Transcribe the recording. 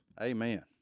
Amen